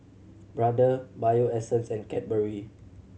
Brother Bio Essence and Cadbury